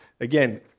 again